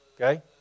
Okay